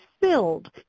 filled